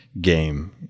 game